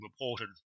reported